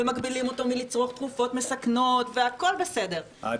ומגבילים אותו מלצרוך תרופות מסכנות חיים הכול בסדר,